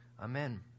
amen